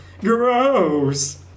Gross